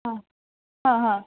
हा हा हा